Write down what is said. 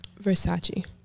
Versace